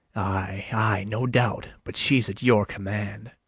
ay, ay, no doubt but she's at your command.